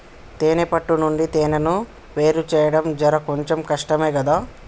తేనే పట్టు నుండి తేనెను వేరుచేయడం జర కొంచెం కష్టమే గదా